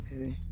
Okay